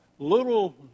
Little